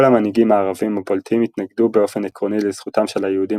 כל המנהיגים הערבים הבולטים התנגדו באופן עקרוני לזכותם של היהודים